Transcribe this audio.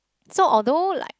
so although like